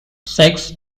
sex